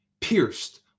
pierced